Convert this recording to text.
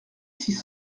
six